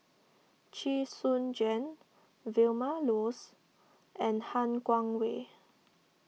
Chee Soon Juan Vilma Laus and Han Guangwei